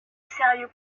sérieux